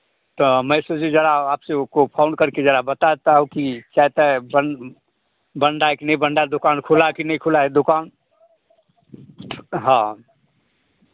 तो मैं सोचूं ज़रा आपसे वो को फोन करके ज़रा बताता हूँ कि चाय ताय बन बन रहा है कि नहीं बन रहा है दुकान खुला है कि नहीं खुला है दुकान हाँ